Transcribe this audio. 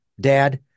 Dad